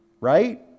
right